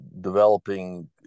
developing